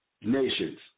nations